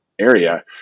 area